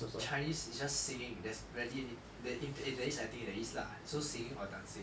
chinese is just singing there's rarely any if there is I think there is lah so singing or dancing